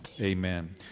Amen